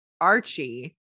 Archie